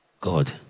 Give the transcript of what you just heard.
God